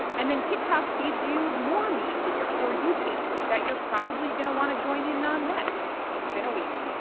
and then tiktok feeds you more memes in your for you page that you're probably gonna want to join in on next. it's been a week.